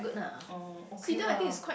orh okay lah